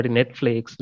Netflix